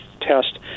test